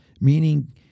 meaning